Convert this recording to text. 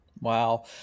Wow